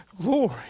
glory